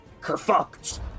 kerfucked